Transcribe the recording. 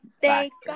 thanks